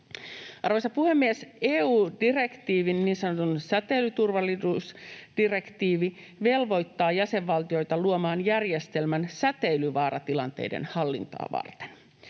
Arvoisa puhemies! EU-direktiivi, niin sanottu säteilyturvallisuusdirektiivi, velvoittaa jäsenvaltioita luomaan järjestelmän säteilyvaaratilanteiden hallintaa varten.